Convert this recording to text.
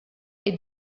est